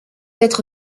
être